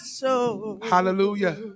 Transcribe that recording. hallelujah